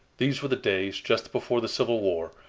these were the days, just before the civil war,